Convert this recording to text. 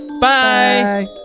Bye